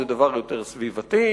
זה דבר יותר סביבתי,